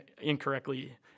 incorrectly